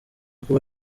kuba